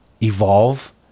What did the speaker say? evolve